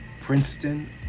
Princeton